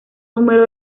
número